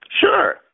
Sure